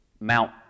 Mount